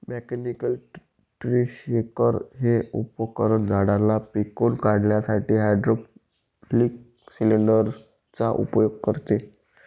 mechanical tree shaker हे उपकरण झाडांना पिळून काढण्यासाठी हायड्रोलिक सिलेंडर चा उपयोग करते